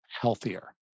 healthier